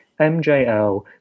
MJL